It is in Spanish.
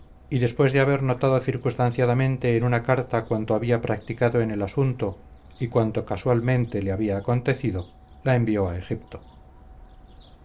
y después de haber notado circunstanciadamente en una carta cuanto había practicado en el asunto y cuanto casualmente le había acontecido la envió